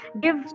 give